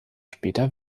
später